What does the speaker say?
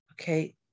Okay